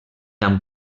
amb